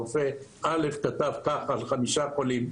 רופא א' כתב ככה על חמישה חולים,